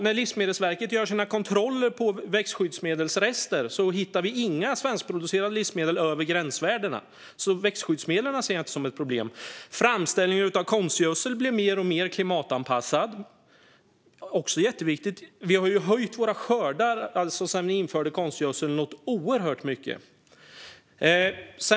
När Livsmedelsverket gör sina kontroller på växtskyddsmedelsrester hittar man inga svenskproducerade livsmedel över gränsvärdena, så växtskyddsmedlen ser jag inte som ett problem. Framställningen av konstgödsel blir mer och mer klimatanpassad, vilket också är jätteviktigt. Vi har ju höjt våra skördar oerhört mycket sedan vi införde konstgödsel.